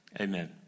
amen